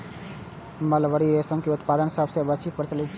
mulberry रेशम के उत्पादन सबसं बेसी प्रचलित छै